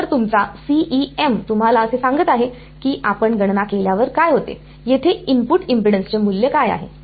तर तुमचा CEM तुम्हाला असे सांगत आहे की आपण गणना केल्यावर काय होते येथे इनपुट इम्पेडन्सचे मूल्य काय आहे